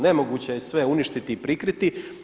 Nemoguće je sve uništiti i prikriti.